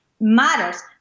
matters